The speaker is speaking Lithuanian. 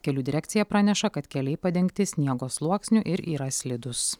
kelių direkcija praneša kad keliai padengti sniego sluoksniu ir yra slidūs